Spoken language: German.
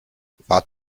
wart